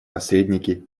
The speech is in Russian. посредники